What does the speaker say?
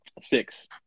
six